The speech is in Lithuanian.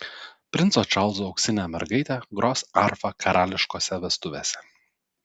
princo čarlzo auksinė mergaitė gros arfa karališkose vestuvėse